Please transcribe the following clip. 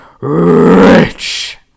rich